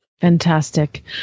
Fantastic